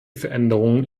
veränderungen